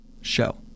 show